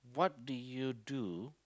what do you do